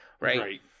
right